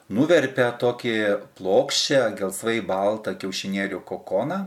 nuverpia tokį plokščią gelsvai baltą kiaušinėlių kokoną